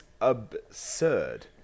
absurd